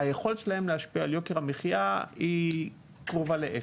והיכולת שלהן להשפיע על יוקר המחיה קרובה לאפס,